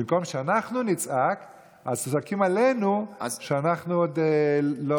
במקום שאנחנו נצעק אז זועקים עלינו שאנחנו עוד לא